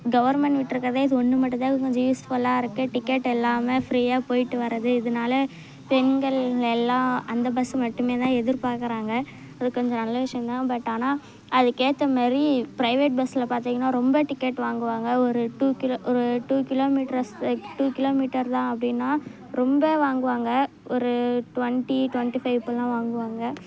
government விட்டிருக்கறதே இது ஒன்று மட்டும்தான் இது கொஞ்சம் யூஸ்ஃபுல்லாக இருக்குது டிக்கெட் எல்லாமே ஃப்ரீயாக போய்ட்டு வருறது இதனால பெண்கள் எல்லாம் அந்த பஸ் மட்டுமேதான் எதிர்பார்கிறாங்க அது கொஞ்சம் நல்ல விஷயம்தான் பட் ஆனால் அதுக்கேற்ற மாரி பிரைவேட் பஸ்ஸில் பார்த்திங்கனா ரொம்ப டிக்கெட் வாங்குவாங்க ஒரு டூ கிலோ ஒரு டூ கிலோ மீட்டரை சேக் ஒரு டூ கிலோ மீட்டர்தான் அப்படின்னா ரொம்ப வாங்குவாங்க ஒரு டுவென்ட்டி டுவென்ட்டி ஃபைவ் இப்பிடில்லாம் வாங்குவாங்க